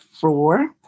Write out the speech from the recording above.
four